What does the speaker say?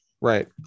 Right